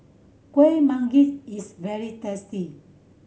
Kuih Manggis is very tasty